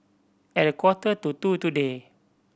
at a quarter to two today